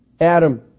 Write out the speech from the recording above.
Adam